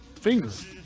fingers